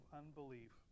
unbelief